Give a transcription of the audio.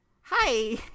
hi